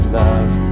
love